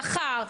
השכר,